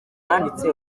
nanditse